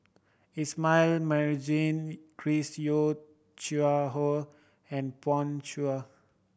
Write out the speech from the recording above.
Ismail Marjan Chris Yeo Siew Hua and Pan Shou